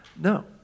No